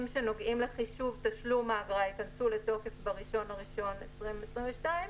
שנוגעים לחישוב תשלום האגרה ייכנסו לתוקף ב-1 לינואר 2022,